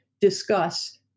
discuss